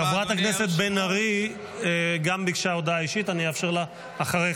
חברת הכנסת בן ארי גם ביקשה הודעה אישית ואני אאפשר לה אחריך.